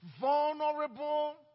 vulnerable